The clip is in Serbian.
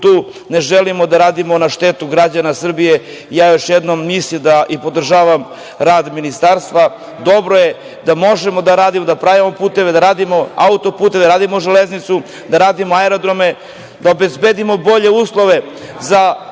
tu ne želimo da radimo na štetu građana Srbije. Ja još jednom mislim da i podržavam rad Ministarstva. Dobro je da možemo da radimo, da pravimo puteve, da radimo autoputeve, da radimo železnicu, da radimo aerodrome, da obezbedimo bolje uslove za